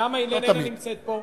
למה היא לא נמצאת פה?